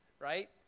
right